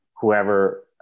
whoever